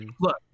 Look